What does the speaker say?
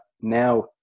Now